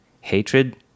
Hatred